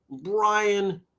Brian